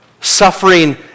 suffering